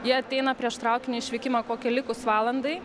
jie ateina prieš traukinio išvykimą kokia likus valandai